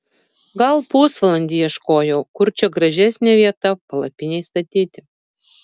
gal pusvalandį ieškojau kur čia gražesnė vieta palapinei statyti